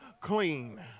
clean